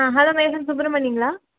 ஆ hello மேகன் சுப்ரமணியங்களா